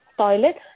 toilet